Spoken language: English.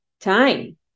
time